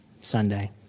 Sunday